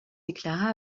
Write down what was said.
déclara